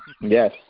Yes